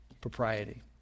propriety